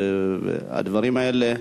והדברים האלה,